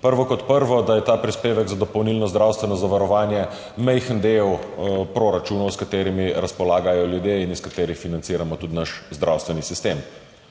Prvo kot prvo, da je ta prispevek za dopolnilno zdravstveno zavarovanje majhen del proračunov, s katerimi razpolagajo ljudje in iz katerih financiramo tudi naš zdravstveni sistem.